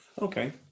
Okay